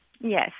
Yes